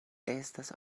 estas